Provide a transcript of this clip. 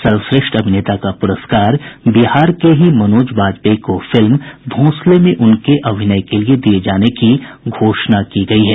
सर्वश्रेष्ठ अभिनेता का प्रस्कार बिहार के ही मनोज वाजपेयी को फिल्म भोंसले में उनके अभिनय के लिए दिये जाने की घोषणा की गयी है